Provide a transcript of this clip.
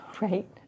Right